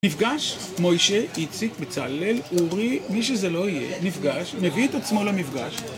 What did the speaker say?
נפגש מוישה, איציק, בצלאל, אורי, מי שזה לא יהיה, נפגש, נביא את עצמו למפגש